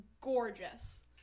Gorgeous